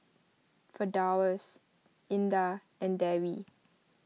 Firdaus Indah and Dewi